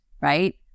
right